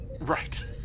Right